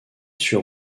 sur